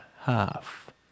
half